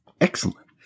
Excellent